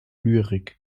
lyrik